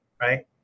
right